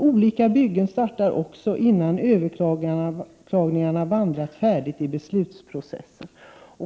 Olika byggen startar också innan överklagandena vandrat färdigt i beslutsprocessen.